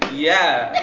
yeah.